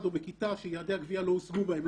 או בכיתה שיעדי הגביה לא הושגו בהם,